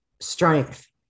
strength